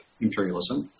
imperialism